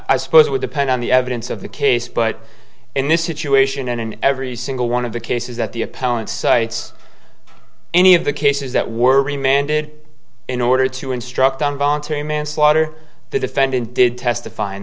i suppose it would depend on the evidence of the case but in this situation and in every single one of the cases that the appellant cites any of the cases that were a man did in order to instruct on voluntary manslaughter the defendant did testify in